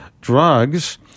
drugs